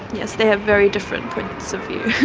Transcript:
yes, they have very different points of view.